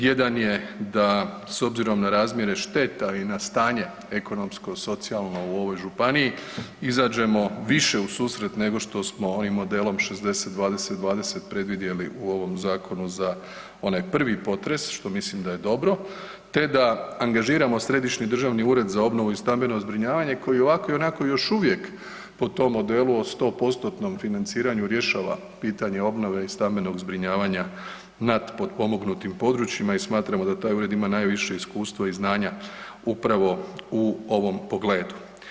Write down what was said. Jedan je da s obzirom na razmjere šteta i na stanje ekonomsko, socijalno u ovoj županiji izađemo više u susret nego što smo i modelom 60-20-20 predvidjeli u ovome zakonu za onaj prvi potres što mislim da je dobro, te da angažiramo Središnji državni ured za obnovu i stambeno zbrinjavanje koji i ovako i onako još uvijek po tom modelu od 100%-nom financiranju rješava pitanje obnove i stambenog zbrinjavanja nad potpomognutim područjima i smatramo da taj ured ima najviše iskustvo i znanja upravo u ovom pogledu.